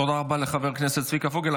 תודה רבה לחבר הכנסת צביקה פוגל.